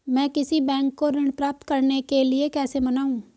मैं किसी बैंक को ऋण प्राप्त करने के लिए कैसे मनाऊं?